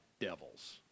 devils